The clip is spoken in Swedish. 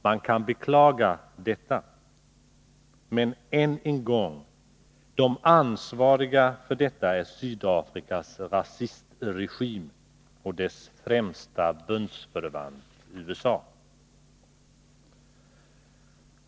Man kan beklaga detta, men än en gång: De ansvariga för detta är Sydafrikas rasistregim och dess främsta bundsförvant USA.